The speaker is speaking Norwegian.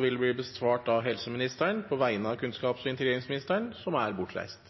vil bli besvart av helse- og omsorgsministeren på vegne av kunnskaps- og integreringsministeren, som er bortreist.